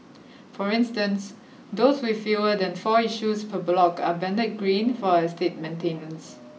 for instance those with fewer than four issues per block are banded green for estate maintenance